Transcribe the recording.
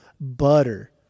butter